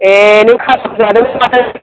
ए नों खाथुम जानो होनब्लाथाय